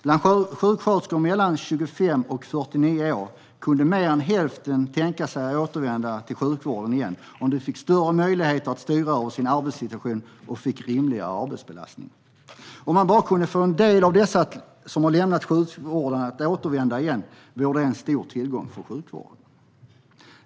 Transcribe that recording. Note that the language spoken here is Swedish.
Bland sjuksköterskor mellan 25 och 49 år kunde mer än hälften tänka sig att återvända till sjukvården om de fick större möjligheter att styra över sin arbetssituation och fick rimligare arbetsbelastning. Om man bara kunde få en del av dem som har lämnat sjukvården att återvända vore det en stor tillgång för sjukvården.